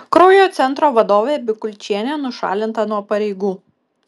kraujo centro vadovė bikulčienė nušalinta nuo pareigų